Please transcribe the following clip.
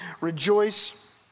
rejoice